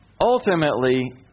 ultimately